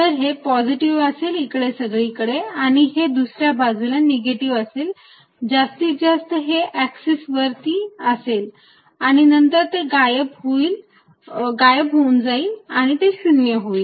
तर हे पॉझिटिव्ह असेल इकडे सगळीकडे आणि हे दुसऱ्या बाजूला निगेटिव्ह असेल जास्तीत जास्त हे एक्सिस वरती असेल आणि नंतर ते गायब होऊन जाईल आणि ते 0 होईल